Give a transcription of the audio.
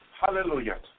Hallelujah